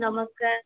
ନମସ୍କାର୍